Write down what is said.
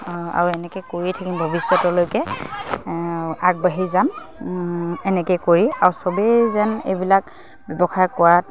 আৰু এনেকৈ কৰিয়ে থাকিম ভৱিষ্যতলৈকে আগবাঢ়ি যাম এনেকৈ কৰি আৰু চবেই যেন এইবিলাক ব্যৱসায় কৰাত